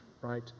right